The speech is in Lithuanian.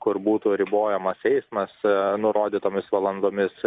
kur būtų ribojamas eismas nurodytomis valandomis